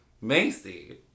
Macy